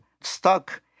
stuck